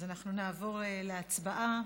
אז נעבור להצבעה.